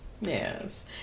yes